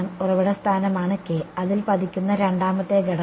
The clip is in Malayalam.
ഉറവിട സ്ഥാനമാണ് അതിൽ പതിക്കുന്ന രണ്ടാമത്തെ ഘടകം